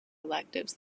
electives